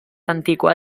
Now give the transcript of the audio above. antigua